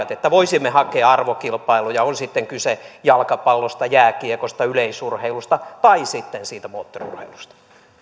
että voisimme hakea arvokilpailuja on kyse sitten jalkapallosta jääkiekosta yleisurheilusta tai siitä moottoriurheilusta